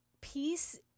peace